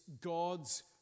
God's